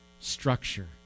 structure